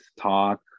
talk